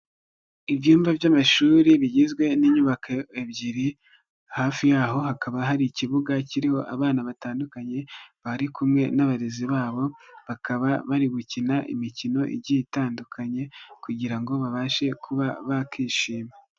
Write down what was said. Ibyumba by'amashuri bigizwe n'inyubako ebyiri, hafi yaho hakaba hari ikibuga kiriho abana batandukanye, bari kumwe n'abarezi babo, bakaba bari gukina imikino igi itandukanye kugira ngo babashe kuba bakishima.